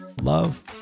love